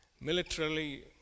militarily